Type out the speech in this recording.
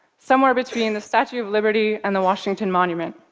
somewhere between the statue of liberty and the washington monument.